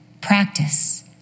practice